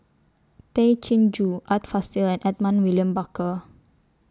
Tay Chin Joo Art Fazil and Edmund William Barker